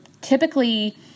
typically